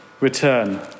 return